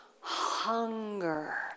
hunger